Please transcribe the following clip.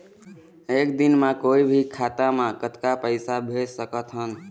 एक दिन म कोई भी खाता मा कतक पैसा भेज सकत हन?